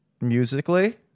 Musically